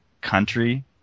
country